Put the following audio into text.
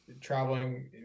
traveling